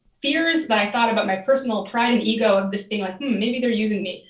fears that i thought about my personal pride and ego of this thing, like maybe they are using me,